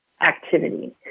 activity